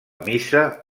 missa